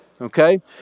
okay